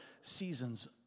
seasons